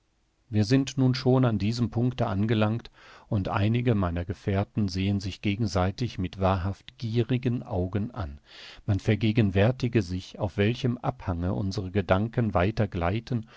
wir sind nun schon an diesem punkte angelangt und einige meiner gefährten sehen sich gegenseitig mit wahrhaft gierigen augen an man vergegenwärtige sich auf welchem abhange unsere gedanken weiter gleiten